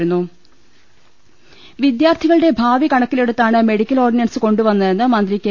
ൾ ൽ ൾ വിദ്യാർത്ഥികളുടെ ഭാവി കണക്കിലെടുത്താണ് മെഡിക്കൽ ഓർഡി നൻസ് കൊണ്ടുവന്നതെന്ന് മന്ത്രി കെ